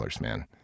man